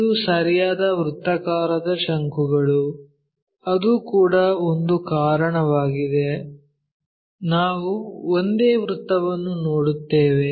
ಇದು ಸರಿಯಾದ ವೃತ್ತಾಕಾರದ ಶಂಕುಗಳು ಅದು ಕೂಡ ಒಂದು ಕಾರಣವಾಗಿದೆ ನಾವು ಒಂದೇ ವೃತ್ತವನ್ನು ನೋಡುತ್ತೇವೆ